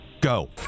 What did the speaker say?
Go